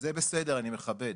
זה בסדר אני מכבד,